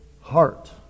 heart